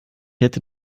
hätte